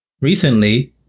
Recently